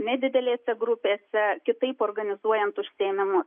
nedidelėse grupėse kitaip organizuojant užsiėmimus